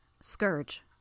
scourge